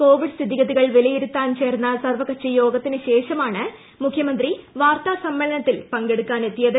Covid സ്ഥിതിഗതികൾ വിലയിരുത്താൻ പ്രചേർന്ന് സർവ്വകക്ഷി യോഗത്തിനു ശേഷമാണ് മുഖ്യമന്ത്രി വാർത്ത്യാ സിമ്മേളനത്തിനെത്തിയത്